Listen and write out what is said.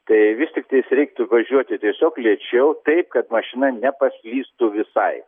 tai vis tiktais reiktų važiuoti tiesiog lėčiau taip kad mašina nepaslystų visai